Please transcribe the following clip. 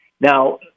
Now